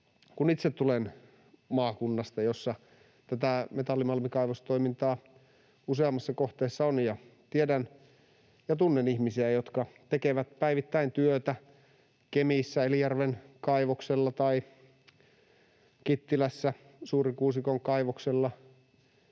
kun itse tulen maakunnasta, jossa tätä metallimalmikaivostoimintaa useammassa kohteessa on, ja tiedän ja tunnen ihmisiä, jotka tekevät päivittäin työtä Kemissä Elijärven kaivoksella tai Kittilässä Suurikuusikon kaivoksella,